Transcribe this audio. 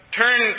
turn